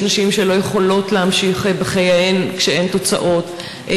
יש נשים שלא יכולות להמשיך בחייהן כשאין תוצאות,